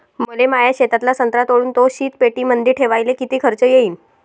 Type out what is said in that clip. मले माया शेतातला संत्रा तोडून तो शीतपेटीमंदी ठेवायले किती खर्च येईन?